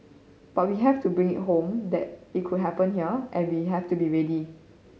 but we have to bring it home that it could happen here and we have to be ready